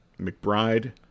McBride